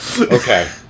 Okay